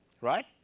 right